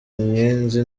inyenzi